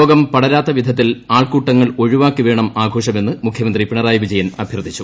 രോഗം പടരാത്തവിധത്തിൽ ആൾക്കൂട്ടങ്ങൾ ഒഴിവാക്കി വേണം ആഘോഷമെന്ന് മുഖ്യമന്ത്രി പിണറായി വിജയൻ അഭ്യർത്ഥിച്ചു